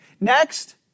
Next